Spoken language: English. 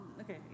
Okay